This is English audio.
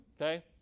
okay